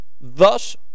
Thus